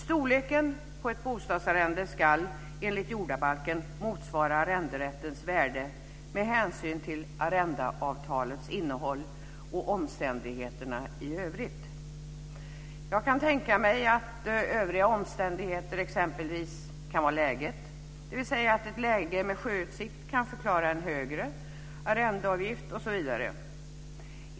Storleken på ett bostadsarrende ska, enligt jordabalken, motsvara arrenderättens värde med hänsyn till arrendeavtalets innehåll och omständigheterna i övrigt. Jag kan tänka mig att övriga omständigheter kan vara exempelvis läget, dvs. att ett läge med sjöutsikt kan förklara en högre arrendeavgift osv.